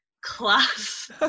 Class